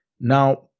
Now